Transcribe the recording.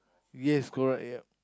yes correct yep